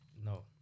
no